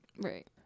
Right